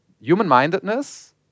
human-mindedness